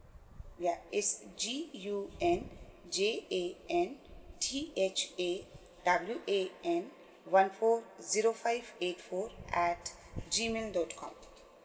yup it's G U N J A N T H A W A N one four zero five eight four at Gmail dot com